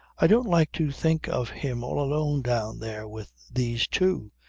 i don't like to think of him all alone down there with these two,